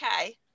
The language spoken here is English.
okay